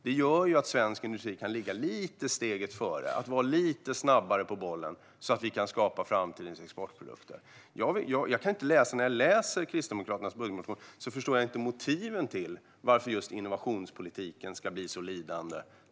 Det gör att svensk industri kan ligga lite före och vara lite snabbare på bollen, så att vi kan skapa framtidens exportprodukter. När jag läser Kristdemokraternas budgetmotion förstår jag inte motiven till att just innovationspolitiken ska bli så lidande.